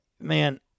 Man